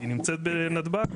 היא נמצאת בנתב"ג,